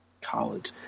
College